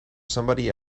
somebody